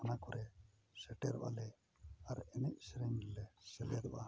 ᱚᱱᱟ ᱠᱚᱨᱮᱜ ᱥᱮᱴᱮᱨᱚᱜᱼᱟᱞᱮ ᱟᱨ ᱮᱱᱮᱡ ᱥᱮᱨᱮᱧ ᱨᱮᱞᱮ ᱥᱮᱞᱮᱫᱚᱜᱼᱟ